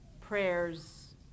prayers